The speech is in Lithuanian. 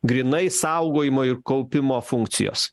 grynai saugojimo ir kaupimo funkcijos